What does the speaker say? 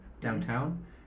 downtown